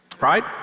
right